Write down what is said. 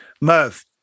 Merv